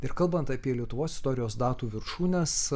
ir kalbant apie lietuvos istorijos datų viršūnes